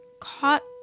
caught